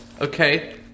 okay